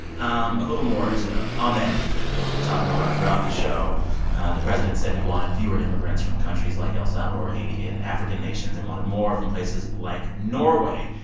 um a little more on that news event, which we'll talk more about throughout the show the president said he wanted fewer immigrants from countries like el salvador, haiti and african nations and wanted more from places like norway.